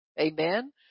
Amen